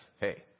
hey